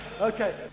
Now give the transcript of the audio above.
Okay